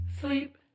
sleep